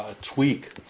tweak